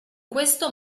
questo